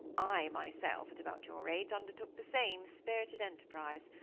i, myself, at about your age, undertook the same spirited enterprise.